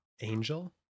Angel